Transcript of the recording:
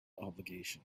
obligation